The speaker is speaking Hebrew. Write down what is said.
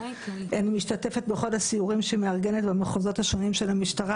אני משתתפת בכל הסיורים שהיא מארגנת במחוזות השונים של המשטרה,